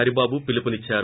Haribabu పిలుపునిద్సారు